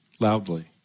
loudly